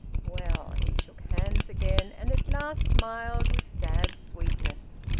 well he shook hands again, and at last smiled with sad sweetness.